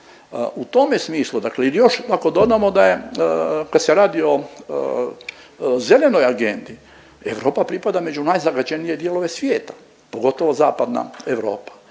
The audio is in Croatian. U tome smislu, dakle i još ako dodamo da je kad se radi o zelenoj agendi Europa pripada među najzagađenije dijelove svijeta pogotovo zapadna Europa.